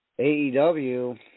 AEW